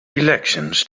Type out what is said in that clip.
elections